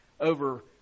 over